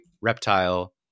reptile